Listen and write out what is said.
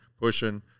pushing